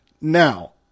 Now